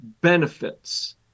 benefits